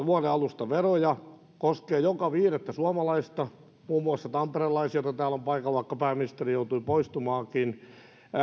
vuoden alusta veroja mikä koskee joka viidettä suomalaista muun muassa tamperelaisia joita täällä on paikalla vaikka pääministeri joutui poistumaankin